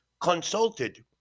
consulted